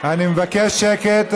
אני מבקש שקט.